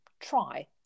try